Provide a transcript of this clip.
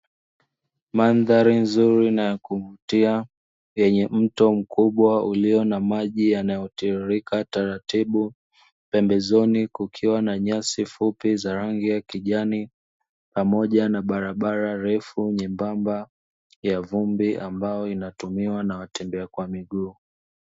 Mandhari nzuri na ya kuvutia, yenye mto mkubwa ulio maji yanayotiririka taratibu, pembezoni kukiwa na nyasi fupi za rangi ya kijani pamoja na barabara refu nyembamba ya vumbi ambayo inayotumiwa na watembea kwa miguu.